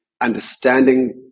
understanding